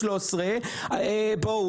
13. בואו,